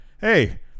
hey